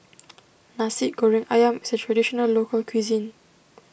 Nasi Goreng Ayam is a Traditional Local Cuisine